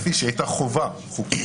נחתכה לפי שהיא הייתה חובה חוקית,